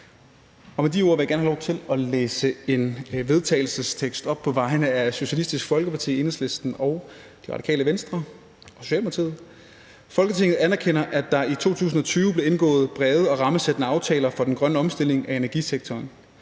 Med de ord vil jeg gerne have lov til at læse en vedtagelsestekst op på vegne af Socialistisk Folkeparti, Enhedslisten, Det Radikale Venstre og Socialdemokratiet: Forslag til vedtagelse »Folketinget anerkender, at der i 2020 blev indgået brede og rammesættende aftaler for den grønne omstilling af energisektoren.